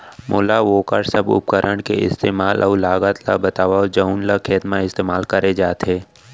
मोला वोकर सब उपकरण के इस्तेमाल अऊ लागत ल बतावव जउन ल खेत म इस्तेमाल करे जाथे?